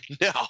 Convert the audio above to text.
No